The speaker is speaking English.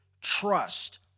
trust